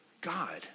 God